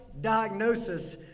diagnosis